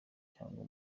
cyangwa